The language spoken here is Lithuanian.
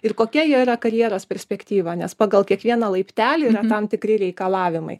ir kokia jo yra karjeros perspektyva nes pagal kiekvieną laiptelį yra tam tikri reikalavimai